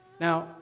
Now